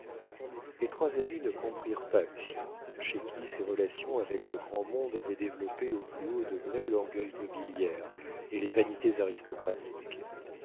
les trois amis ne comprirent pas lucien chez qui ses relations avec le grand monde avaient développé au plus haut degré l'orgueil nobiliaire et les vanités aristocratiques